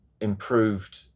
improved